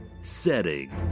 setting